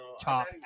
top